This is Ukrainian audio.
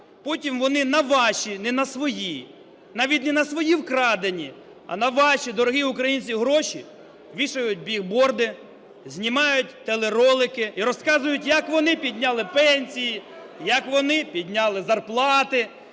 Потім вони на ваші – не на свої, навіть не на свої вкрадені, а на ваші, дорогі українці, гроші вішають бігборди, знімають телеролики і розказують, як вони підняли пенсії, як вони підняли зарплати,